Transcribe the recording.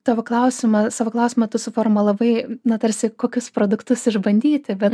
tavo klausimą savo klausimą tu suformulavai na tarsi kokius produktus išbandyti bet